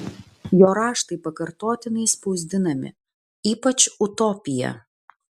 jo raštai pakartotinai spausdinami ypač utopija